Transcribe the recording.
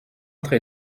train